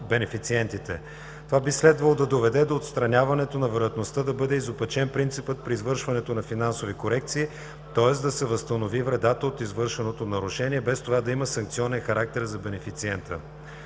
Това би следвало да доведе до отстраняването на вероятността да бъде изопачен принципът при извършването на финансови корекции, т.е. да се възстанови вредата от извършеното нарушение без това да има санкционен характер за бенефициента.